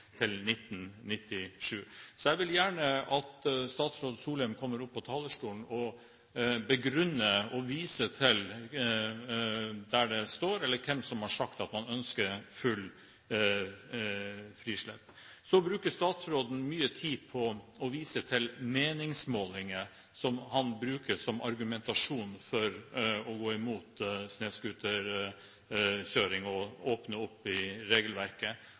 til 1997. Så jeg vil gjerne at statsråd Solheim kommer opp på talerstolen og begrunner eller viser til hvor det står, eller hvem det er som har sagt at man ønsker fullt frislepp. Så bruker statsråden mye tid på å vise til meningsmålinger som han bruker som argumentasjon for å gå imot snøscooterkjøring og å åpne opp i regelverket.